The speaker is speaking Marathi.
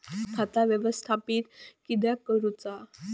खाता व्यवस्थापित किद्यक करुचा?